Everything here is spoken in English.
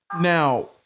Now